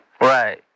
Right